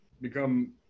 become